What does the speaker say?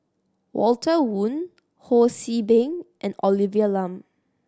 Walter Woon Ho See Beng and Olivia Lum